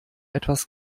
etwas